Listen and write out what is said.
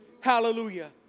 Hallelujah